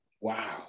Wow